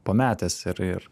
pametęs ir ir